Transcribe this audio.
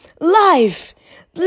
Life